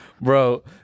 Bro